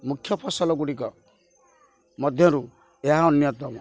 ମୁଖ୍ୟ ଫସଲ ଗୁଡ଼ିକ ମଧ୍ୟରୁ ଏହା ଅନ୍ୟତମ